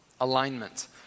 Alignment